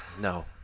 No